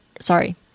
sorry